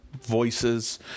voices